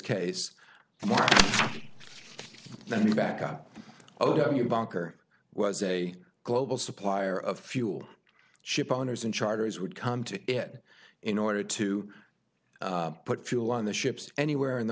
warm let me back up oh you bunker was a global supplier of fuel ship owners and charters would come to it in order to put fuel on the ships anywhere in the